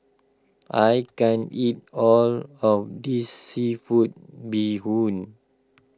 I can't eat all of this Seafood Bee Hoon